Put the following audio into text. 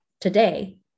today